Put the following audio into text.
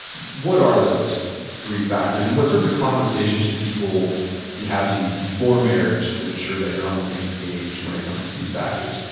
what are those three factors and what sorts of conversations should people be having before marriage to ensure that you're on the same page when it comes to these factors?